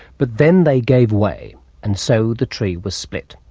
but then they gave way and so the tree was split.